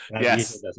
Yes